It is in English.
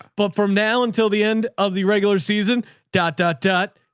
but from now until the end of the regular season dot, dot, dot,